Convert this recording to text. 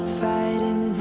fighting